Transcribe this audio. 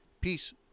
peace